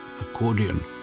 accordion